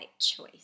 choice